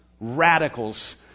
radicals